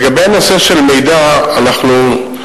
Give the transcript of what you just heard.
לגבי הנושא של מידע, אנחנו,